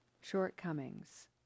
shortcomings